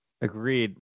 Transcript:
Agreed